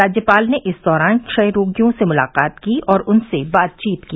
राज्यपाल ने इस दौरान क्षय रोगियों से मुलाकात की और उनसे बातचीत की